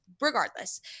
Regardless